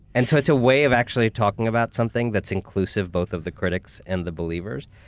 and so it's a way of actually talking about something that's inclusive both of the critics and the believers.